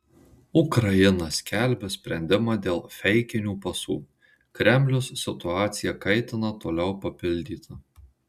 ukraina skelbia sprendimą dėl feikinių pasų kremlius situaciją kaitina toliau papildyta